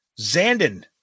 Zandon